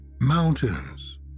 mountains